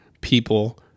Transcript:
people